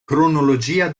cronologia